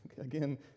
Again